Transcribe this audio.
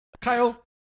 Kyle